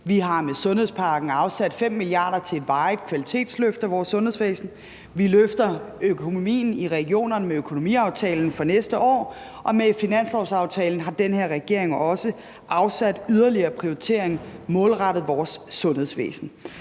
Vi har med sundhedspakken afsat 5 mia. kr. til et varigt kvalitetsløft af vores sundhedsvæsen. Vi løfter økonomien i regionerne med økonomiaftalen fra næste år, og med finanslovsaftalen har den her regering også afsat yderligere midler målrettet vores sundhedsvæsen.